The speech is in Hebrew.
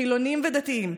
חילונים ודתיים,